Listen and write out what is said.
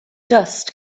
dust